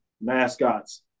mascots